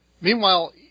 Meanwhile